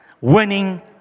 winning